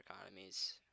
economies